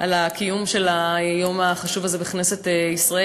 על קיומו של היום החשוב הזה בכנסת ישראל.